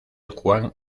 juan